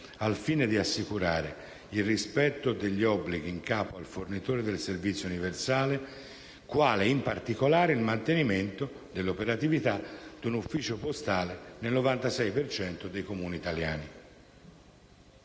al fine di assicurare il rispetto degli obbilghi in capo al fornitore del servizio universale quale, in particolare, il mantenimento dell'operatività di un ufficio postale nel 96 per cento dei Comuni italiani;**